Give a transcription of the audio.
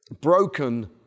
broken